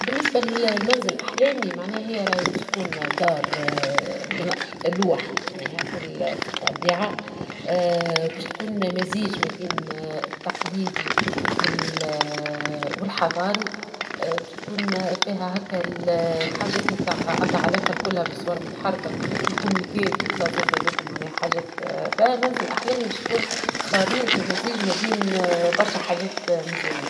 بالنسبة لمنزل أحلامي ، معناها هي راها باش تكون دار لوح في الطبيعة ،باش تكون مزيج ما بين التقليدي والحضاري ، باش تكون فيها هكا الحاجات نتاع عندها علاقة كلها بالصور المتحركة والأشياء والتسلية هذوكا ، فمنزل أحلامي باش يكون خليط ومزيج بين برشا حاجات مزيانين